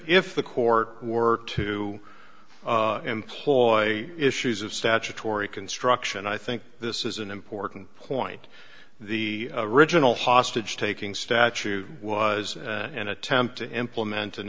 if the court were to employ issues of statutory construction i think this is an important point the riginal hostage taking statute was an attempt to implement